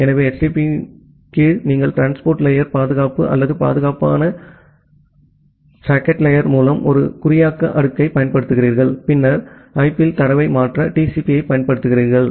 எனவே HTTP இன் கீழ் நீங்கள் டிரான்ஸ்போர்ட் லேயர் பாதுகாப்பு அல்லது பாதுகாப்பான அல்லது பாதுகாப்பான சாக்கெட் லேயர் மூலம் ஒரு குறியாக்க அடுக்கைப் பயன்படுத்துகிறீர்கள் பின்னர் ஐபி இல் தரவை மாற்ற TCP ஐப் பயன்படுத்துகிறீர்கள்